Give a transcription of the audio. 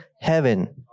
heaven